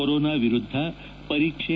corona ವಿರುದ್ದ ಪರೀಕ್ಷೆ